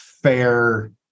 fair